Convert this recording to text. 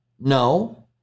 no